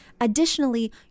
Additionally